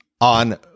on